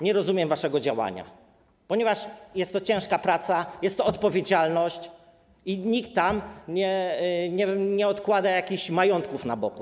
Nie rozumiem waszego działania, ponieważ jest to ciężka praca, jest to odpowiedzialność i nikt tam nie odkłada jakichś majątków na boku.